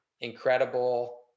incredible